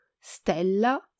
stella